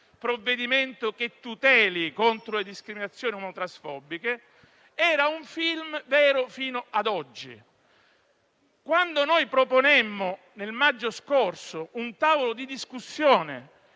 provvedimento che tuteli contro le discriminazioni omotransfobiche, era un film vero fino ad oggi. Quando noi proponemmo, nel maggio scorso, un tavolo di discussione